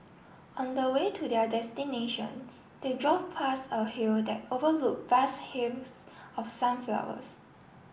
on the way to their destination they drove pass a hill that overlook vast hills of sunflowers